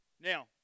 Now